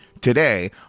today